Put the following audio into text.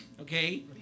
okay